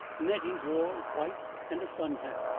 nettie wore white and a sun-hat,